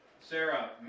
Sarah